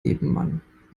nebenmann